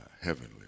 heavenly